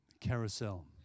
Carousel